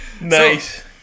Nice